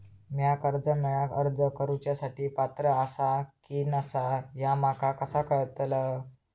म्या कर्जा मेळाक अर्ज करुच्या साठी पात्र आसा की नसा ह्या माका कसा कळतल?